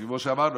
כמו שאמרתי,